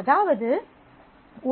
அதாவது